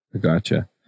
gotcha